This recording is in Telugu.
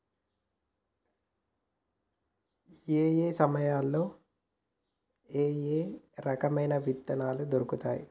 ఏయే సమయాల్లో ఏయే రకమైన విత్తనాలు దొరుకుతాయి?